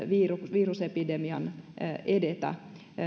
virusepidemian edetä